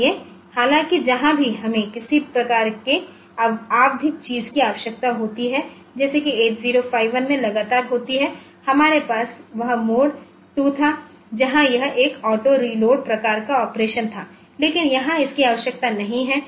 इसलिए हालांकि जहाँ भी हमें किसी प्रकार की आवधिक चीज़ की आवश्यकता होती है जैसे कि 8051 में लगातार होती है हमारे पास वह मोड 2 था जहाँ यह एक ऑटो रीलोड प्रकार का ऑपरेशन था लेकिन यहाँ इसकी आवश्यकता नहीं है